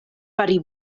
fari